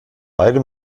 beide